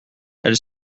elle